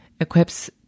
equips